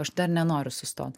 aš dar nenoriu sustot